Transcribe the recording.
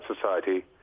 society